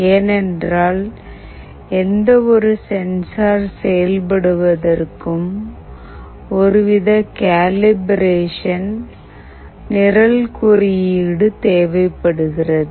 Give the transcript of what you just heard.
ஏனென்றால் எந்தவொரு சென்சார் செயல்படுவதற்கும் ஒரு வித கேலிப்ரேஷன் நிரல் குறியீடு தேவைப்படுகிறது